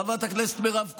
חברת הכנסת מירב כהן,